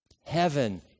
Heaven